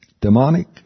Demonic